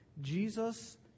Jesus